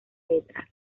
letras